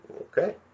Okay